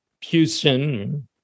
Houston